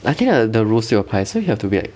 I think the the rules still applies so you have to be like